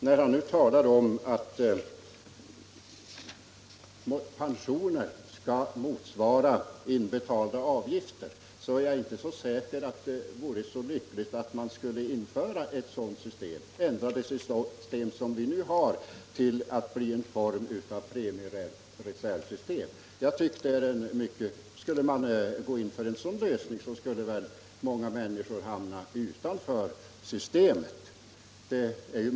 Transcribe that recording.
När han nu talar om att pensioner skall motsvara inbetalda avgifter, så är jag inte så säker på att det vore så lyckligt om man skulle ändra det system som vi nu har till att bli en form av premiereservsystem. Skulle man gå in för en sådan lösning, så skulle många hamna utanför systemet.